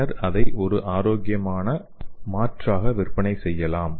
பின்னர் அதை ஒரு ஆரோக்கியமான மாற்றாக விற்பனை செய்யலாம்